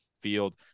field